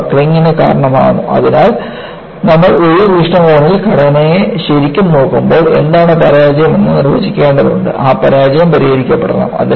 ഇത് ബക്ക്ലിംഗിന് കാരണമാകുന്നു അതിനാൽ നമ്മൾ വലിയ വീക്ഷണകോണിൽ ഘടനയെ ശരിക്കും നോക്കുമ്പോൾ എന്താണ് പരാജയം എന്ന നിർവചിക്കപ്പെടണ്ടതുണ്ട് ആ പരാജയം പരിഹരിക്കപ്പെടണം